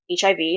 HIV